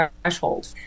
threshold